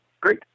great